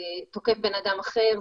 תוקף בן אדם אחר,